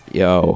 yo